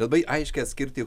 labai aiškiai atskirti